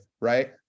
right